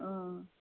ம்